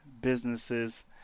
businesses